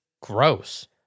gross